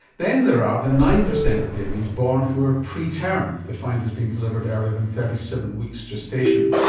then there are the nine percent of babies born who are preterm, defined as being delivered earlier than thirty seven weeks gestation.